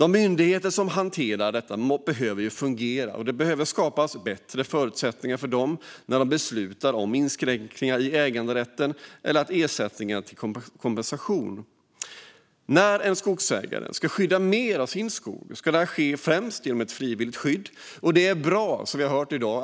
De myndigheter som hanterar detta behöver fungera, och det behöver skapas bättre förutsättningar för dem när de beslutar om inskränkningar i äganderätten och ersättning som kompensation. När en skogsägare ska skydda mer av sin skog ska det främst ske genom ett frivilligt skydd, och det är bra